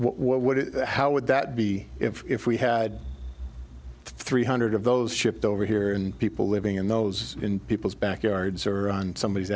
what how would that be if we had three hundred of those shipped over here and people living in those people's backyards or on somebod